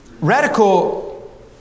Radical